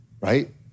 right